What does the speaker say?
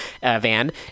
van